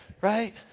right